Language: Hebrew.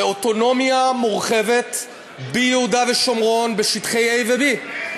זה אוטונומיה מורחבת ביהודה ושומרון, בשטחי A ו-B.